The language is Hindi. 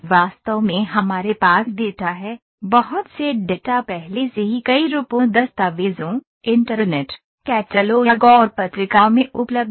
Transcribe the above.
वास्तव में हमारे पास डेटा है बहुत से डेटा पहले से ही कई रूपों दस्तावेजों इंटरनेट कैटलॉग और पत्रिकाओं में उपलब्ध हैं